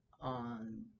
on